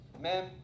ma'am